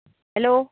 hello